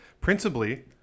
Principally